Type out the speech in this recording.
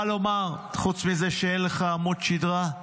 מה לומר חוץ מזה שאין לך עמוד שדרה?